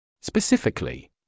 Specifically